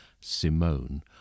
Simone